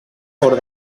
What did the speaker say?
cort